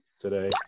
today